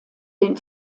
den